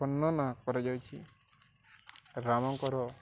ବର୍ଣ୍ଣନା କରାଯାଉଛି ରାମଙ୍କର